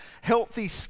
healthy